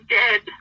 dead